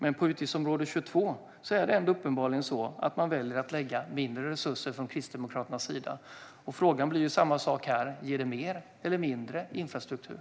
Men på utgiftsområde 22 är det uppenbarligen så att man väljer att lägga mindre resurser från Kristdemokraternas sida. Frågan blir densamma här: Ger detta mer eller mindre infrastruktur?